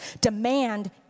Demand